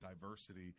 diversity